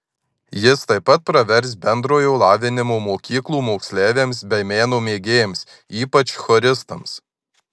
jis taip pat pravers bendrojo lavinimo mokyklų moksleiviams bei meno mėgėjams ypač choristams